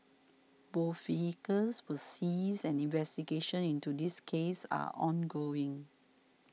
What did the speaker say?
both vehicles were seized and investigations into this case are ongoing